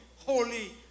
holy